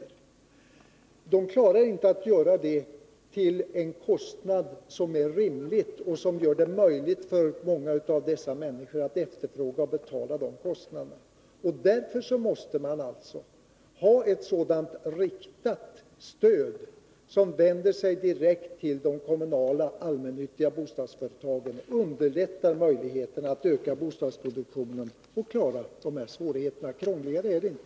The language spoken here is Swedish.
Kommunerna klarar inte av att göra det till en kostnad som är rimlig och gör det möjligt för dessa människor att efterfråga bostäder och betala för dem. Därför måste man, anser vi, ha ett riktat stöd direkt till de kommunala allmännyttiga bostadsföretagen för att därmed underlätta möjligheterna att öka bostadsproduktionen och övervinna de här svårigheterna. Krångligare än så är det inte.